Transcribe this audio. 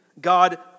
God